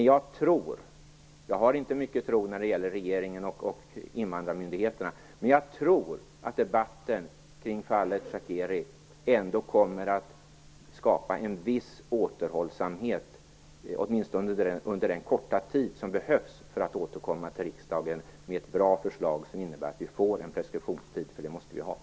Jag har inte mycket tro när det gäller regeringen och invandrarmyndigheterna, men jag tror att debatten kring fallet Shakeri ändå kommer att skapa en viss återhållsamhet, åtminstone under den korta tid som behövs för att återkomma till riksdagen med ett bra förslag som innebär en preskriptionstid, för det behövs.